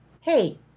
hey